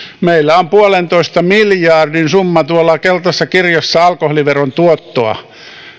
meillä on puolentoista miljardin summa tuolla keltaisessa kirjassa alkoholiveron tuottoa